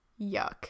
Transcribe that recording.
Yuck